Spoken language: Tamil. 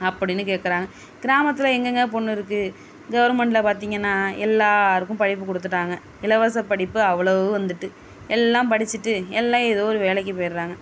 அப்படின்னு கேக்கிறாங்க கிராமத்தில் எங்ககேங்க பொண்ணு இருக்கு கவர்மெண்ட்டில் பார்த்திங்கன்னா எல்லோருக்கும் படிப்பு கொடுத்துட்டாங்க இலவச படிப்பு அவ்வளவு வந்துட்டு எல்லாம் படித்திட்டு எல்லாம் ஏதோ ஒரு வேலைக்கி போயிடுறாங்க